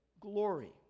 glory